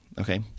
Okay